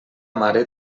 mare